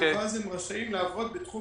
ואז הם רשאים לעבוד בתחום